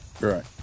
Right